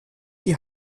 die